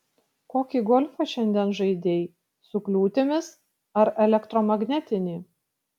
kokį golfą šiandien žaidei su kliūtimis ar elektromagnetinį